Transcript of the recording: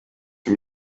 sie